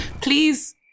Please